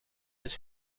het